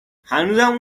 هنوزم